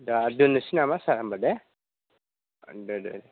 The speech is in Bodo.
दा दोननोसै नामा सार होनबा दे दे दे